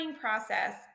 process